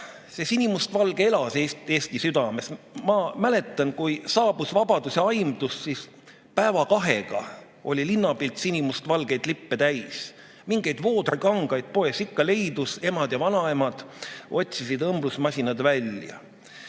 et sinimustvalge elas eestlaste südames. Ma mäletan, kui saabus vabaduse aimdus, siis päeva-kahega oli linnapilt sinimustvalgeid lippe täis. Mingeid voodrikangaid poes ikka leidus, emad ja vanaemad otsisid õmblusmasinad välja.